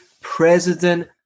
President